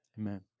Amen